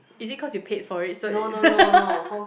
is it cause you paid for it so is